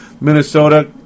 Minnesota